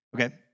Okay